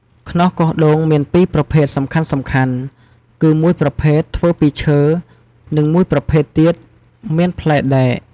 ខ្នោសកោសដូងមានពីរប្រភេទសំខាន់ៗ គឺមួយប្រភេទធ្វើពីឈើ និងមួយប្រភេទទៀតមានផ្លែដែក។